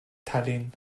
tallinn